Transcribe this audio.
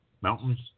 mountains